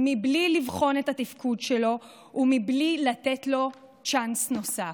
בלי לבחון את התפקוד שלו ובלי לתת לו צ'אנס נוסף.